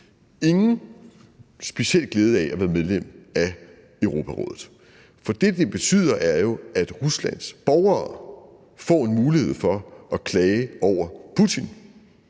ingen speciel glæde af at være medlem af Europarådet, for det, det betyder, er jo, at Ruslands borgere får en mulighed for at klage over Putin